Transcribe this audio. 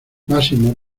máximo